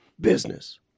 business